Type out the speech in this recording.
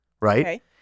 Right